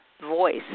voice